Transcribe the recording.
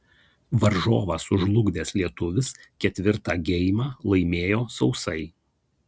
varžovą sužlugdęs lietuvis ketvirtą geimą laimėjo sausai